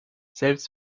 selbst